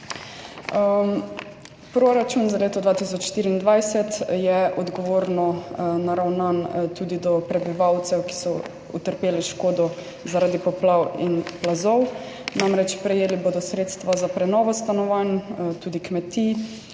Proračun za leto 2024 je odgovorno naravnan tudi do prebivalcev, ki so utrpeli škodo zaradi poplav in plazov. Prejeli bodo namreč sredstva za prenovo stanovanj, tudi kmetij,